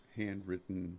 handwritten